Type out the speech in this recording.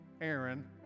Aaron